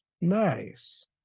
Nice